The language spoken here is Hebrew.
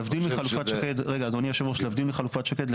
להבדיל מחלופת שקד,